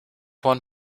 one